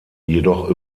jedoch